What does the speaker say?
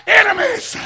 enemies